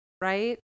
right